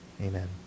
Amen